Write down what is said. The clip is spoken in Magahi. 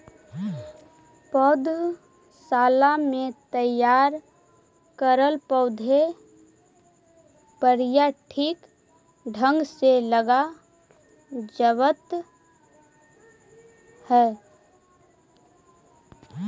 पौधशाला में तैयार करल पौधे प्रायः ठीक ढंग से लग जावत है